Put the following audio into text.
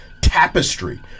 tapestry